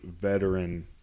veteran